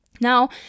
Now